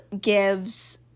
gives